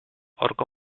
horko